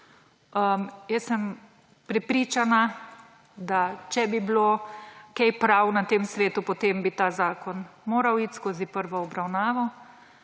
Jaz sem prepričana, da če bi bilo kaj prav na tem svetu, potem bi ta zakon moral iti skozi prvo obravnavo.